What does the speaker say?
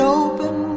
open